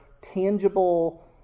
tangible